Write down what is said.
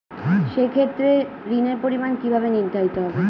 সে ক্ষেত্রে ঋণের পরিমাণ কিভাবে নির্ধারিত হবে?